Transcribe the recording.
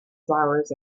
flowers